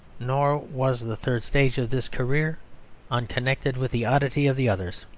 nor was the third stage of this career unconnected with the oddity of the others.